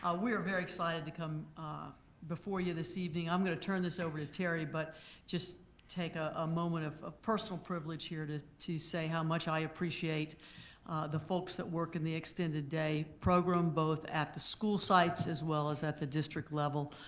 ah we are very excited to come before you this evening. i'm gonna turn this over to terry but just take a ah moment of of personal privilege here to to say how much i appreciate the folks that work in the extended day program, both at the school sites as well as at the district level.